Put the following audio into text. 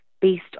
based